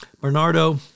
Bernardo